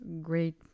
great